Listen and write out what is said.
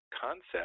concept